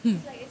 hmm